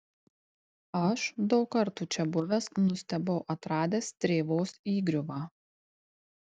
aš daug kartų čia buvęs nustebau atradęs strėvos įgriuvą